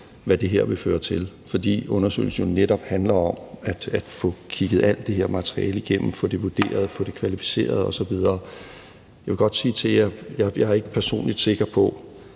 hvad det her vil føre til, fordi undersøgelsen jo netop handler om at få kigget alt det her materiale igennem, få det vurderet, få det kvalificeret osv. Jeg vil godt sige til jer: Jeg er sikker på,